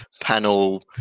panel